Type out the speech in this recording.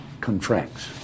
contracts